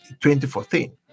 2014